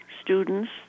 students